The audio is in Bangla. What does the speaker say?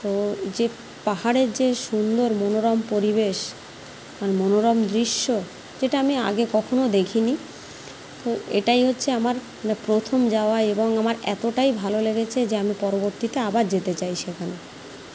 তো যে পাহাড়ের যে সুন্দর মনোরম পরিবেশ আর মনোরম দৃশ্য যেটা আমি আগে কখনো দেখি নি তো এটাই হচ্ছে আমার প্রথম যাওয়া এবং আমার এতোটাই ভালো লেগেছে যে আমি পরবর্তীতে আবার যেতে চাইছি ওখানে